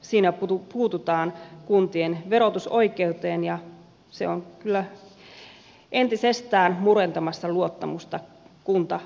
siinä puututaan kuntien verotusoikeuteen ja se on kyllä entisestään murentamassa luottamusta kuntavaltio suhteessa